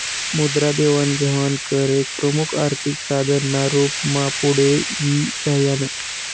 मुद्रा देवाण घेवाण कर एक प्रमुख आर्थिक साधन ना रूप मा पुढे यी राह्यनं